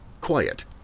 quiet